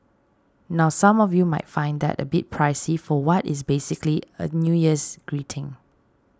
now some of you might find that a bit pricey for what is basically a New Year's greeting